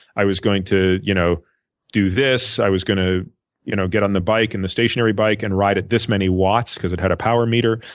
i was going to you know do this. i was going to you know get on the bike and the stationary bike and ride it this many watts because it had a power meter.